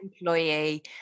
employee